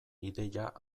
ideia